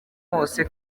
bose